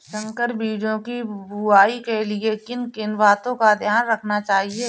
संकर बीजों की बुआई के लिए किन किन बातों का ध्यान रखना चाहिए?